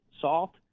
SALT